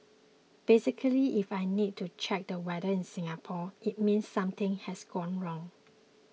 basically if I need to check the weather in Singapore it means something has gone wrong